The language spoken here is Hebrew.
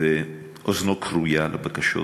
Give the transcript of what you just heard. ואוזנו כרויה לבקשות